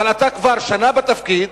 אבל אתה כבר שנה בתפקיד,